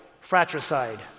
fratricide